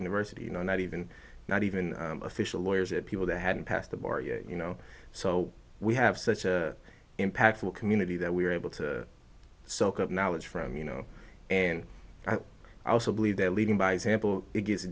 university you know not even not even official lawyers and people that hadn't passed the bar yet you know so we have such a impactful community that we were able to soak up knowledge from you know and i also believe that leading by example it g